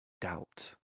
doubt